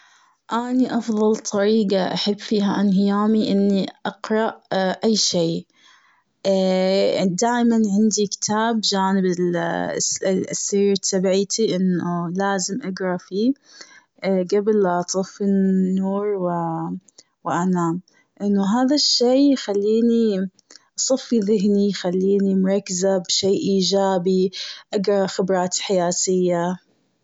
أني أفضل طريقة أحب فيها أنهي يومي أني أقرأ أي شيء دايماً عندي كتاب جانب السرير تبعي إنه لازم أقرأ فيه قبل لا أطفي النور و أنام. لأنه هذا يخليني اصفي ذهني يخليني مركزة بشيء ايجابي أقرأ خبرات حياتية.